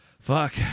fuck